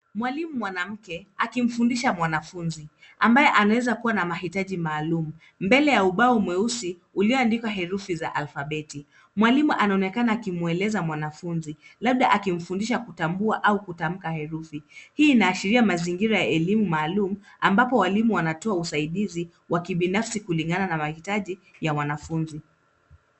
Mwalimu mwanamke anamfundisha mwanafunzi ambaye huenda ana mahitaji maalum. Mbele ya ubao mweusi yameandikwa herufi za alfabeti. Mwalimu anaonekana akimweleza mwanafunzi, labda akimfundisha kutambua au kutamka herufi. Hii inaashiria mazingira ya elimu maalum ambapo walimu wanatoa usaidizi wa kibinafsi kulingana na mahitaji ya wanafunzi.